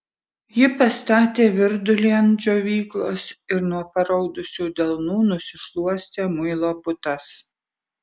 ji pastatė virdulį ant džiovyklos ir nuo paraudusių delnų nusišluostė muilo putas